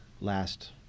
last